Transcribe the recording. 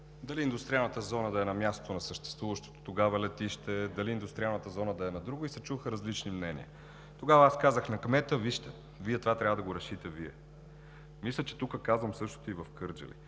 дали индустриалната зона да е на мястото на съществуващото тогава летище, или да е на друго, и се чуха различни мнения. Тогава аз казах на кмета: това трябва да го решите Вие. Мисля, че тук казвам същото и в Кърджали.